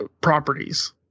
properties